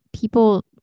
people